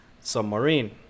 submarine